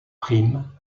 prime